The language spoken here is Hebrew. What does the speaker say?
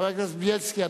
חבר הכנסת בילסקי,